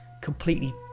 completely